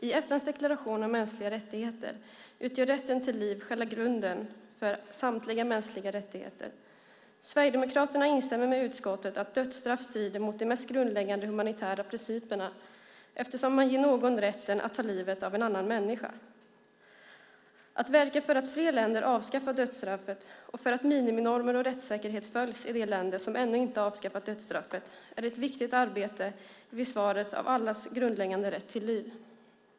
I FN:s deklaration om mänskliga rättigheter utgör rätten till liv själva grunden för samtliga mänskliga rättigheter. Sverigedemokraterna instämmer med utskottet att dödsstraff strider mot de mest grundläggande humanitära principerna, eftersom man ger någon rätten att ta livet av en annan människa. Att verka för att fler länder avskaffar dödsstraffet och för att miniminormer och rättssäkerhet följs i de länder som ännu inte avskaffat dödsstraffet är ett viktigt arbete i försvaret av allas grundläggande rätt till liv.